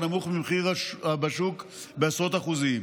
הנמוך מהמחיר בשוק בעשרות אחוזים.